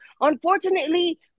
unfortunately